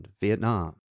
Vietnam